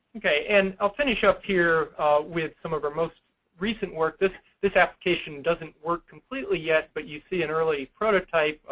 and i'll finish up here with some of our most recent work. this this application doesn't work completely, yet, but you see an early prototype.